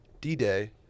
D-Day